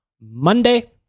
Monday